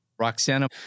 Roxana